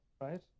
right